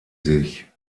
sich